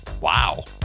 Wow